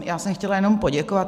Já jsem chtěla jenom poděkovat.